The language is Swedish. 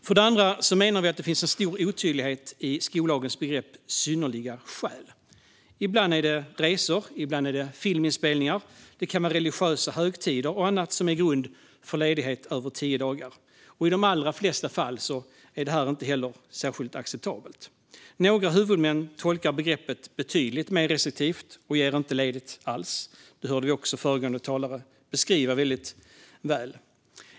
För det andra menar vi att det finns en stor otydlighet i skollagens begrepp "synnerliga skäl". Ibland är det resor, och ibland är det filminspelningar. Det kan också vara religiösa högtider och annat som är grund för ledighet över tio dagar. I de allra flesta fall är det inte särskilt acceptabelt. Några huvudmän tolkar begreppet betydligt mer restriktivt och ger inte ledigt alls, vilket vi hörde föregående talare beskriva väldigt väl.